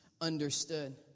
understood